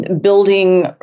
building